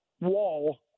wall